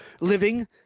living